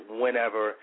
whenever